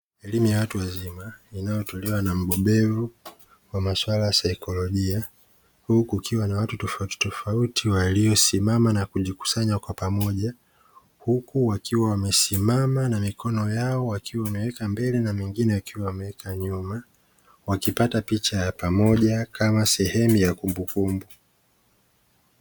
Elimu ya watu wazima inayotolewa na mbobevu wa maswala ya saikolojia, huku kukiwa na watu tofautitofauti waliosimama na kujikusanya kwa pamoja, huku wakiwa wamesimama na mikono yao wakiwa wameweka mbele na mingine wakiwa wameweka nyuma wakipata picha ya pamoja kama sehemu ya kumbukumbu.